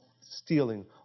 stealing